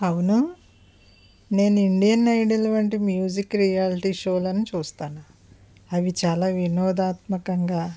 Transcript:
అవును నేను Indian Idol అంటే మ్యూజిక్ రియాల్టీ షోలను చూస్తాను అవి చాలా వినోదాత్మకంగా